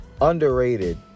Underrated